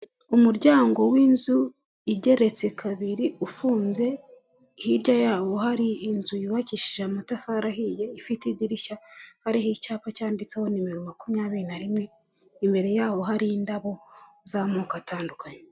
Umuryango w'inzu igeretse kabiri ufunze hirya yawo hari inzu yubakishije amatafari ahiye ifite idirishya hariho icyapa cyanditseho nimero makumyabiri na rimwe imbere yaho hari indabo z'amoko atandukanye.